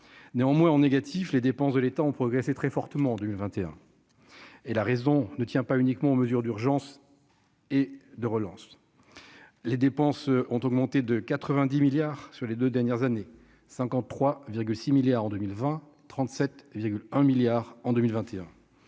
néanmoins en négatif, les dépenses de l'État ont progressé très fortement du vingt-et-un et la raison ne tient pas uniquement aux mesures d'urgence et de relance, les dépenses ont augmenté de 90 milliards sur les 2 dernières années 53 virgule 6 milliards en 2020, 37 virgule 1 milliard en 2021,